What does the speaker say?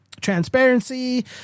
transparency